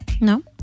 No